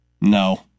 No